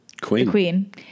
queen